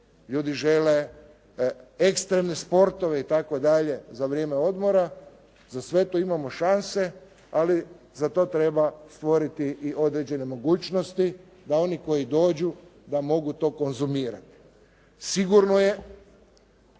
Ljudi žele ekstremne sportove itd. za vrijeme odmora. Za sve to imamo šanse, ali za to treba stvoriti i određene mogućnosti da oni koji dođu da mogu to konzumirati. Sigurno je